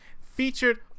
Featured